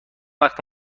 وقت